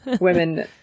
women